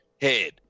head